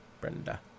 Brenda